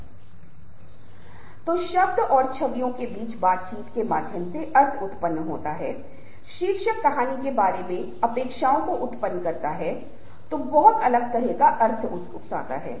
इसलिए हमें आपके दिमाग में उन बातों का ध्यान रखना होगा और स्थिति के आधार पर हम हमेशा इस विशेष लक्ष्य को प्राप्त करने के लिए थोड़ा सा बदलाव करने की कोशिश कर सकते हैं